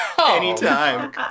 anytime